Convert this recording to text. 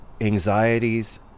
anxieties